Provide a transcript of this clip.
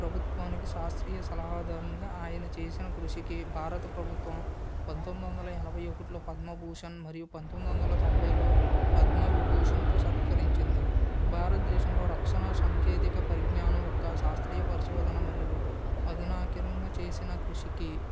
ప్రభుత్వానికి శాస్త్రీయ సలహాదారునిగా ఆయన చేసిన కృషికి భారత ప్రభుత్వం పంతొమ్మిది వందల ఎనభై ఒకటి లో పద్మభూషణ్ మరియు పంతొమ్మిది వందల తొంభై లో పద్మ విభూషణ్తో సత్కరించింది భారతదేశంలో రక్షణ సాంకేతిక పరిజ్ఞానం యొక్క శాస్త్రీయ పరిశోధన మరియు ఆధునీకరణకు చేసిన కృషికి